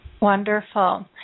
Wonderful